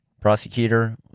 prosecutor